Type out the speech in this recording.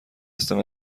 هستم